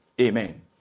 Amen